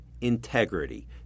integrity